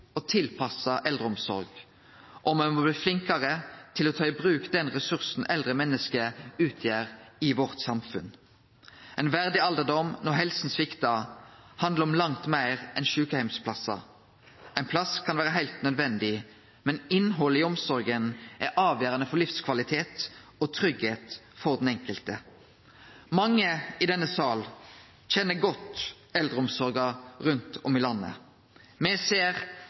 og tilpassa eldreomsorg, og me må bli flinkare til å ta i bruk den ressursen eldre menneske utgjer i vårt samfunn. Ein verdig alderdom når helsa sviktar, handlar om langt meir enn sjukeheimsplassar. Ein plass kan vere heilt nødvendig, men innhaldet i omsorga er avgjerande for livskvalitet og tryggleik for den enkelte. Mange i denne sal kjenner godt eldreomsorga rundt om i landet. Me ser